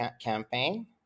campaign